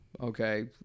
Okay